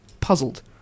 Puzzled